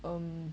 um